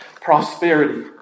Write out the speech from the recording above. prosperity